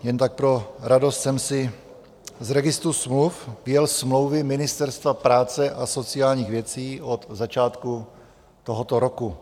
Jen tak pro radost jsem si z registru smluv vyjel smlouvy Ministerstva práce a sociálních věcí od začátku tohoto roku.